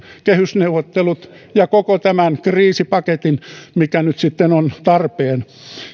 kehysneuvottelut ja koko tämän kriisipaketin mikä nyt sitten on tarpeen